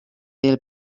del